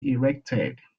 erected